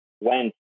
went